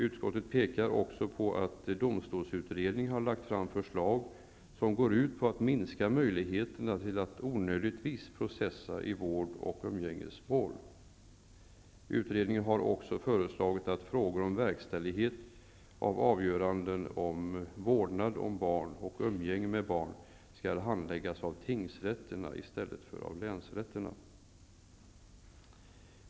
Utskottet pekar också på att domstolsutredningen har lagt fram förslag som går ut på att minska möjligheterna till att onödigtvis processa i vårdoch umgängesmål. Utredningen har också föreslagit att frågor om verkställighet av avgöranden om vårnad av barn och umgänge med barn skall handläggas av tingsrätterna i stället för länsrätterna.